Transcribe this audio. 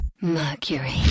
Mercury